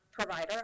provider